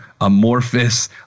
amorphous